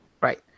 Right